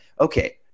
okay